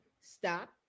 stop